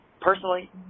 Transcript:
personally